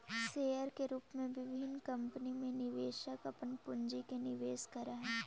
share के रूप में विभिन्न कंपनी में निवेशक अपन पूंजी के निवेश करऽ हइ